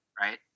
right